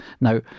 Now